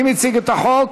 מי מציג את החוק?